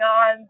on